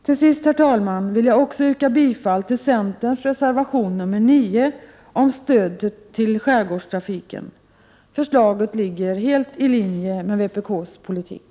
Till sist, herr talman, vill jag också yrka bifall till centerns reservation nr 9 om stöd till skärgårdstrafiken. Förslaget ligger helt i linje med vpk:s politik.